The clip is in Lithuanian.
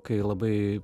kai labai